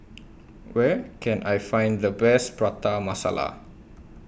Where Can I Find The Best Prata Masala